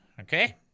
okay